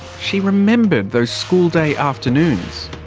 she remembered those school-day afternoons.